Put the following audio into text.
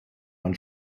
man